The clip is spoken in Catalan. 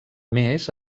més